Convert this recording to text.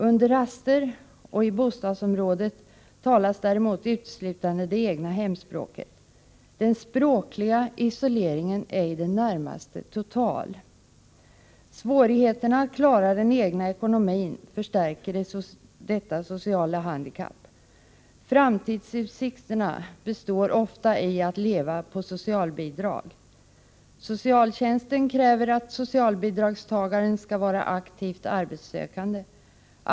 Under raster och i bostadsområdet talas däremot uteslutande det egna hemspråket. Den språkliga isoleringen är i det närmaste total. Svårigheterna att klara den egna ekonomin förstärker detta sociala handikapp. Framtidsutsikterna består ofta i att leva på socialbidrag. Socialtjänsten kräver att socialbidragstagaren skall vara aktivt arbetssökande.